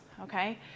okay